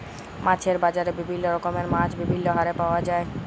মাছের বাজারে বিভিল্য রকমের মাছ বিভিল্য হারে পাওয়া যায়